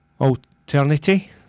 Alternity